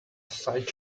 side